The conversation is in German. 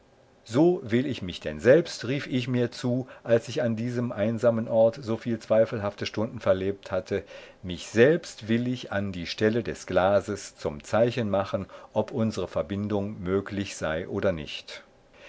so will ich mich denn selbst rief ich mir zu als ich an diesem einsamen orte soviel zweifelhafte stunden verlebt hatte mich selbst will ich an die stelle des glases zum zeichen machen ob unsre verbindung möglich sei oder nicht